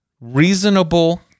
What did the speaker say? reasonable